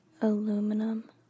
aluminum